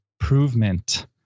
improvement